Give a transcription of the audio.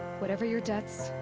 whatever your debts.